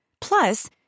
Plus